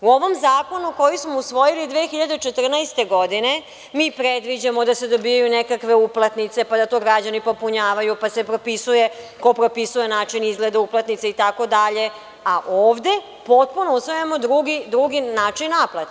U ovom zakonu koji smo usvojili 2014. godine mi predviđamo da se dobijaju nekakve uplatnice, pa da to građani popunjavaju, pa se propisuje ko propisuje način izgleda uplatnice itd, a ovde potpuno usvajamo drugi način naplate.